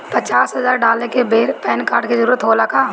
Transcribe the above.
पचास हजार डाले के बेर पैन कार्ड के जरूरत होला का?